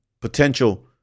potential